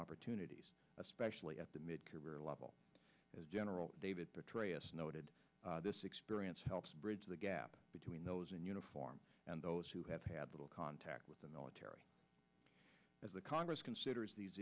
opportunities especially at the mid career level as general david petraeus noted this experience helps bridge the gap between those in uniform and those who have had little contact with the military as the congress considers these